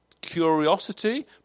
curiosity